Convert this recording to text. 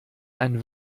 ein